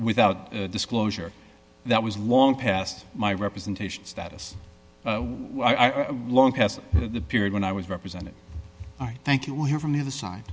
without disclosure that was long past my representation status i'm long past the period when i was represented i thank you we'll hear from the other side